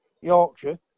Yorkshire